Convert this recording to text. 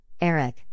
Eric